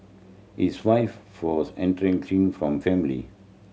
his wife from family